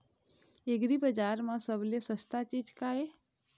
एग्रीबजार म सबले सस्ता चीज का ये?